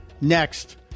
next